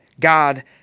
God